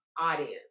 audience